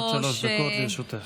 עד שלוש דקות לרשותך.